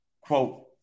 quote